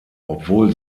obwohl